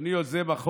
קדימה.